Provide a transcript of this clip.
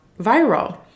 viral